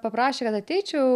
paprašė kad ateičiau